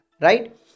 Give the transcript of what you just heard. right